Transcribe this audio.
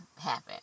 happen